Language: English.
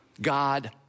God